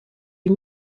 die